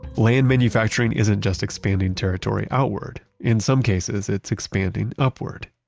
land manufacturing isn't just expanding territory outward. in some cases it's expanding upward.